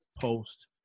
post